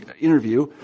interview